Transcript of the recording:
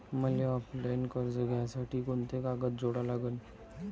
मले ऑफलाईन कर्ज घ्यासाठी कोंते कागद जोडा लागन?